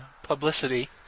Publicity